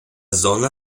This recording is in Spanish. zona